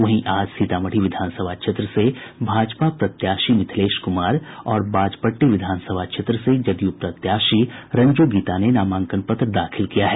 वहीं आज सीतामढ़ी विधानसभा क्षेत्र से भाजपा प्रत्याशी मिथिलेश कुमार और बाजपट्टी विधानसभा क्षेत्र से जदयू प्रत्याशी रंजू गीता ने नामांकन पत्र दाखिल किया है